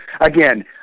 Again